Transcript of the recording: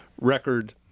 record